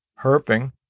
herping